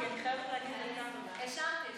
אני